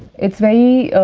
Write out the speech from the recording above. it's very